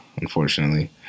unfortunately